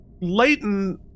Leighton